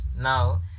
now